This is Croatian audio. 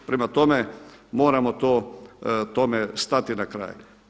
Prema tome moramo tome stati na kraj.